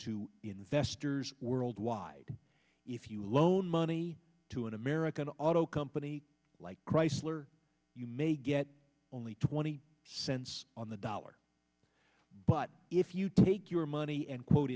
to investors worldwide if you loan money to an american auto company like chrysler you may get only twenty cents on the dollar but if you take your money and quote